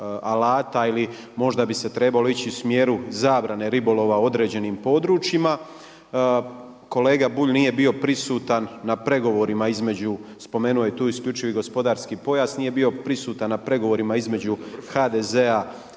ili možda bi se trebalo ići u smjeru zabrane ribolova u određenim područjima. Kolega Bulj nije bio prisutan na pregovorima između, spomenuo je to isključivo i gospodarski pojas, nije bio prisutan na pregovorima između HDZ-a